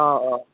অ' অ'